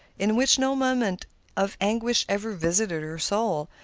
in which no moment of anguish ever visited her soul,